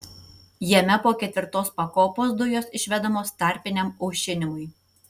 jame po ketvirtos pakopos dujos išvedamos tarpiniam aušinimui